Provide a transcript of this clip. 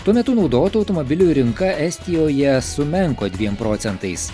tuo metu naudotų automobilių rinka estijoje sumenko dviem procentais